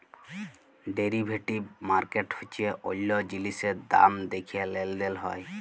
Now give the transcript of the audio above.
derivative market হচ্যে অল্য জিলিসের দাম দ্যাখে লেলদেল হয়